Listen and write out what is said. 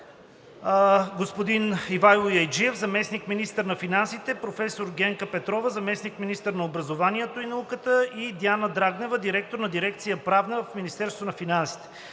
Ивайло Яйджиев – заместник-министър на финансите, професор Генка Петрова – заместник-министър на образованието и науката, и Диана Драгнева – директор на дирекция „Правна“ в Министерството на финансите.